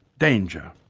danger.